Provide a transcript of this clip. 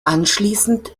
anschließend